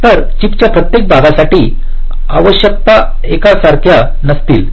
तर चिपच्या प्रत्येक भागासाठी आवश्यकता एकसारख्या नसतील